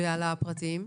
והפרטיים?